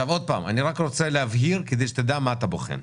אני רוצה להבהיר כדי שתדע מה אתה בוחן.